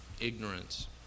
ignorance